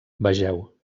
vegeu